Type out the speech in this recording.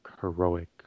heroic